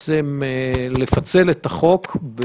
בעצם לפצל את החוק.